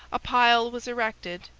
a pile was erected,